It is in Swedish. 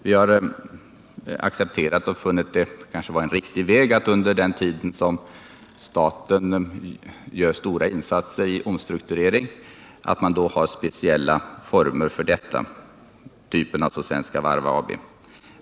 Vi har accepterat och funnit det kanske vara en riktig väg att man under den tid som staten gör stora insatser i fråga om omstrukturering har speciella former för detta, av typen Svenska Varv.